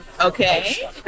okay